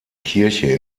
kirche